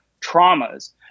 traumas